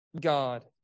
god